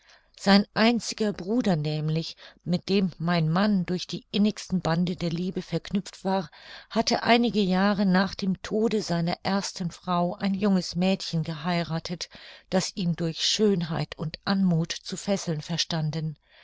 sein einziger bruder nämlich mit dem mein mann durch die innigsten bande der liebe verknüpft war hatte einige jahre nach dem tode seiner ersten frau ein junges mädchen geheirathet das ihn durch schönheit und anmuth zu fesseln verstanden